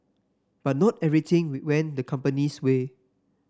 but not everything went the company's way